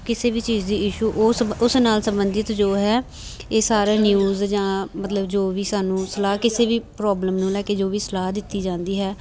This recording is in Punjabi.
ਕਿਸੇ ਵੀ ਚੀਜ਼ ਦੀ ਇਸ਼ੂ ਉਸ ਉਸ ਨਾਲ ਸੰਬੰਧਿਤ ਜੋ ਹੈ ਇਹ ਸਾਰੇ ਨਿਊਜ਼ ਜਾਂ ਮਤਲਬ ਜੋ ਵੀ ਸਾਨੂੰ ਸਲਾਹ ਕਿਸੇ ਵੀ ਪ੍ਰੋਬਲਮ ਨੂੰ ਲੈ ਕੇ ਜੋ ਵੀ ਸਲਾਹ ਦਿੱਤੀ ਜਾਂਦੀ ਹੈ